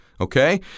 Okay